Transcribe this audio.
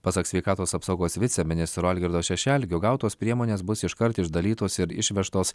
pasak sveikatos apsaugos viceministro algirdo šešelgio gautos priemonės bus iškart išdalytos ir išvežtos